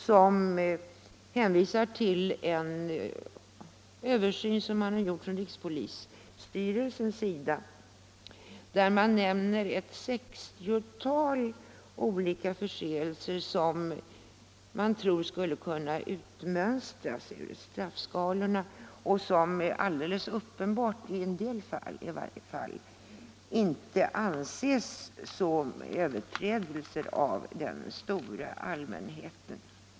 Den hänvisar till en översyn som rikspolisstyrelsen har gjort och där det nämns ett 60-tal olika förseelser som man tror skulle kunna utmönstras ur straffskalorna 221 och som alldeles uppenbart i en del fall inte anses som överträdelser av den stora allmänheten.